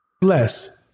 Less